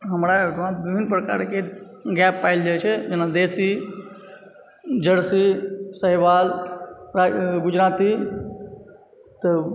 हमरा गाँवमे विभिन्न प्रकारके गै पायल जाइत छै जेना देशी जर्सी साहीवाल गुजराती तऽ